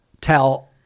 tell